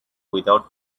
without